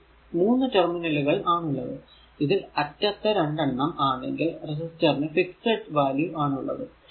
ഇതിൽ 3 ടെർമിനലുകൾ ആണുള്ളത് ഇതിൽ അറ്റത്തെ 2 എണ്ണം ആണെങ്കിൽ റെസിസ്റ്റർ നു ഫിക്സഡ് വാല്യൂ ആണുള്ളത്